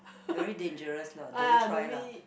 very dangerous lah don't try lah